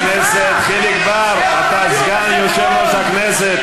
חברי, חברי, ימשיך אדוני.